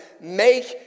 make